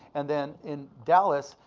and then in dallas,